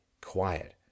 quiet